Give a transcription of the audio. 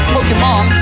Pokemon